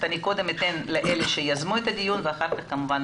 אני אתן קודם לחברי הכנסת שיזמו את הדיון ואחר כך נרחיב.